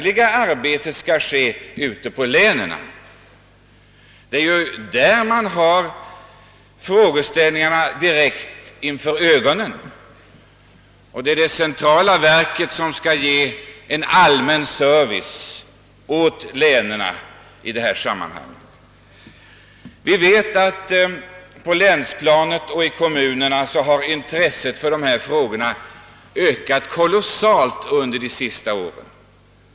I länen har man frågeställningarna direkt inför ögonen. Det centrala verket skall ge en allmän service till länen i detta sammanhang. Vi vet att intresset för dessa frågor på länsplanet och i kommunerna har ökat kolossalt under de senaste åren.